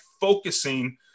focusing